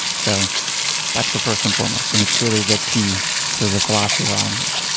so that's the first and foremost, and it's really the key to the philosophy of automattic.